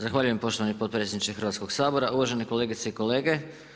Zahvaljujem poštovani potpredsjedniče Hrvatskog sabora, uvažene kolegice i kolege.